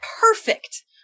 perfect